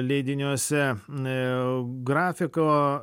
leidiniuose e grafiko